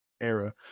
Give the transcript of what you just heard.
era